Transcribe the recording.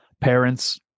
Parents